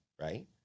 right